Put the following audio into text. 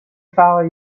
follow